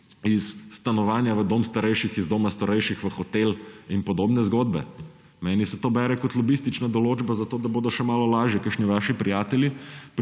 iz stanovanja v dom starejših, iz doma starejših v hotel, in podobne zgodbe. Meni se to bere kot lobistična določba zato, da bodo še malo lažje kakšni vaši prijatelji